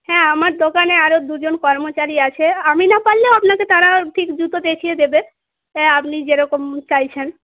হ্যাঁ আমার দোকানে আরও দুজন কর্মচারী আছে আমি না পারলেও আপনাকে তারা ঠিক জুতো দেখিয়ে দেবে আপনি যেরকম চাইছেন